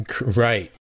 right